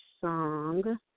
song